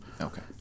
Okay